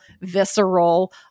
visceral